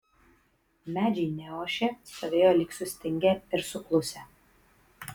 medžiai neošė stovėjo lyg sustingę ir suklusę